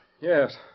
Yes